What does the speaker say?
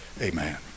amen